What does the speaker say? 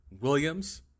Williams